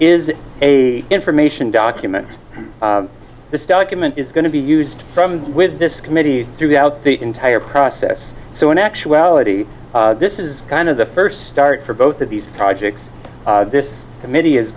is a information document this document is going to be used from with this committee throughout the entire process so in actuality this is kind of the first start for both of these projects this committee is